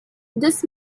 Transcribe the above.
this